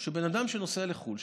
או שבן אדם שנוסע לחו"ל,